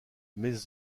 mes